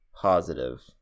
positive